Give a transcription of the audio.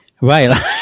right